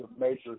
major